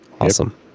awesome